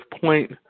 point